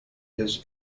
his